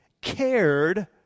cared